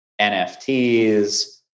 NFTs